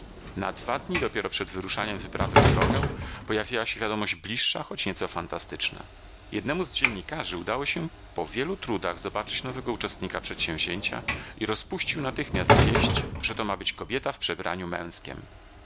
na dwa dni dopiero przed wyruszeniem wyprawy w drogę pojawiła się wiadomość bliższa choć nieco fantastyczna jednemu z dziennikarzy udało się po wielu trudach zobaczyć nowego uczestnika przedsięwzięcia i rozpuścił natychmiast wieść że to ma być kobieta w przebraniu męskiem